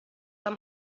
amb